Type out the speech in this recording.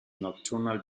nocturnal